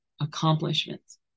accomplishments